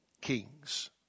kings